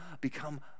become